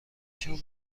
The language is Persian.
شام